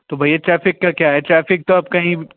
तो भैया ट्राफ़िक का तो क्या है ट्रैफ़िक तो आप कहीं